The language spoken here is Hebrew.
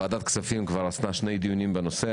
ועדת כספים כבר עשתה שני דיונים בנושא.